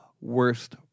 worst